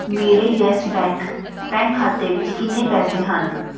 ਮੇਰੇ ਯੈੱਸ ਬੈਂਕ ਬੈਂਕ ਖਾਤੇ ਵਿੱਚ ਕਿੰਨੇ ਪੈਸੇ ਹਨ